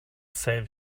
saved